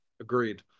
Agreed